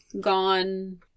gone